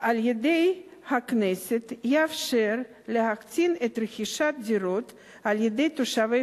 על-ידי הכנסת יאפשר להקטין את רכישת הדירות על-ידי תושבי